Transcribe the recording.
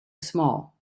small